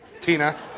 Tina